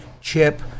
CHIP